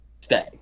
stay